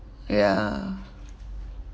ya